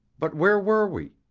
but where were we.